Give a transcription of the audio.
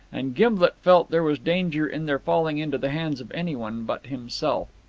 and gimblet felt there was danger in their falling into the hands of anyone but himself.